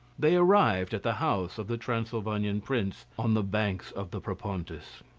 they arrived at the house of the transylvanian prince on the banks of the propontis.